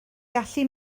gallu